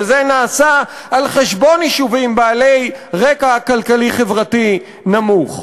וזה נעשה על חשבון יישובים בעלי רקע כלכלי-חברתי נמוך.